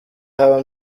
haba